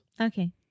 Okay